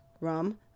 rum